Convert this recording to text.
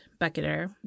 Bucketer